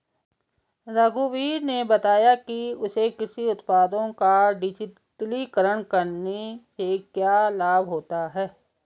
रघुवीर ने बताया कि उसे कृषि उत्पादों का डिजिटलीकरण करने से क्या लाभ होता है